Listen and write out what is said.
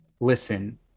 listen